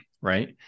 right